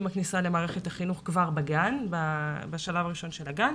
עם הכניסה למערכת החינוך כבר בשלב הראשון של הגן,